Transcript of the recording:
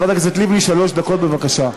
חברת הכנסת לבני, שלוש דקות, בבקשה.